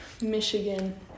Michigan